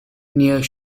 near